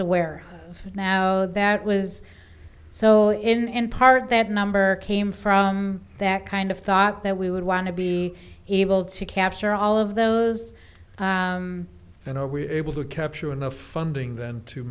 aware of now that was so in part that number came from that kind of thought that we would want to be able to capture all of those and are we able to capture enough funding then to